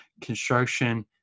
construction